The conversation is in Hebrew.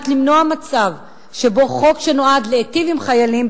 למנוע מצב שבו חוק שנועד להיטיב עם חיילים,